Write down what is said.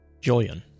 Julian